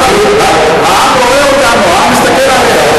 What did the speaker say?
העם רואה אותנו, העם מסתכל עלינו,